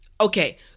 Okay